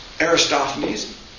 Aristophanes